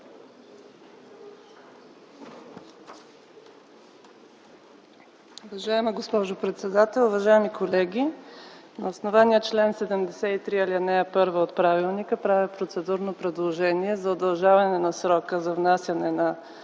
Уважаема госпожо председател, уважаеми колеги, на основание чл. 73, ал. 1 от правилника правя процедурно предложение за удължаване на срока за внасяне на